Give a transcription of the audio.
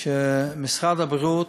שבמשרד הבריאות,